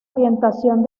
orientación